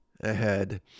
ahead